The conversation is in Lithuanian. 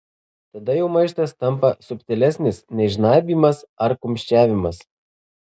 tada jo maištas tampa subtilesnis nei žnaibymas ar kumščiavimas